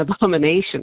abomination